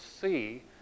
see